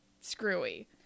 screwy